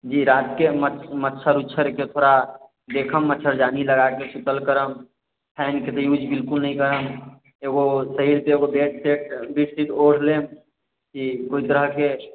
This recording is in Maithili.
जी रातिके मच्छर उच्छर के ओकरा देखब मच्छरदानी लगा के सुतल करब फैन के यूज बिलकुल नहि करब एगो शरीर पर बेड शीट ओढ़ लेब कोय तरह के